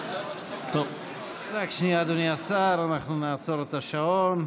רק שנייה, אדוני השר, אנחנו נעצור את השעון.